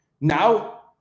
now